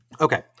Okay